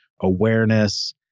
awareness